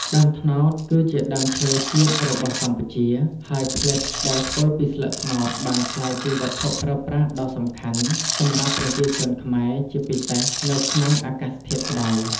ដើមត្នោតគឺជាដើមឈើជាតិរបស់កម្ពុជា ហើយផ្លិតដែលធ្វើពីស្លឹកត្នោតបានក្លាយជាវត្ថុប្រើប្រាស់ដ៏សំខាន់សម្រាប់ប្រជាជនខ្មែរជាពិសេសនៅក្នុងអាកាសធាតុក្តៅ។